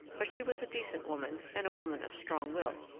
but she was a decent woman and a woman of strong will.